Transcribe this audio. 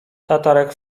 tatarak